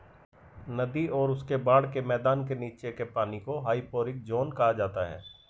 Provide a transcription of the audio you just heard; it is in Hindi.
नदी और उसके बाढ़ के मैदान के नीचे के पानी को हाइपोरिक ज़ोन कहा जाता है